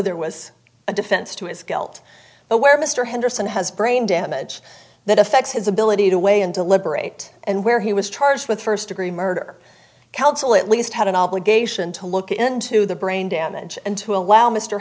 there was a defense to his guilt where mr henderson has brain damage that affects his ability to weigh and deliberate and where he was charged with first degree murder counsel at least had an obligation to look into the brain damage and to allow mr